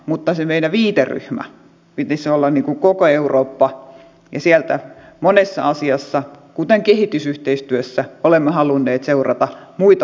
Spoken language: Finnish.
mutta sen meidän viiteryhmämme pitäisi olla koko eurooppa ja siellä monessa asiassa kuten kehitysyhteistyössä olemme halunneet seurata muita pohjoismaita